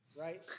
right